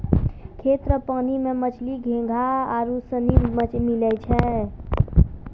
खेत रो पानी मे मछली, घोंघा आरु सनी मिलै छै